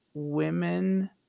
women